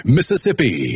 Mississippi